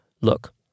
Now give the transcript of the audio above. look